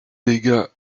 légat